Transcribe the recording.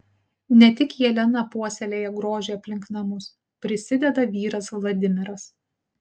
ne tik jelena puoselėja grožį aplink namus prisideda vyras vladimiras